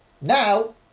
Now